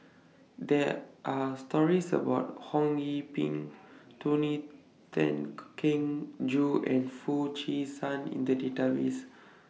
There Are stories about Ho Yee Ping Tony Tan Keng Joo and Foo Chee San in The Database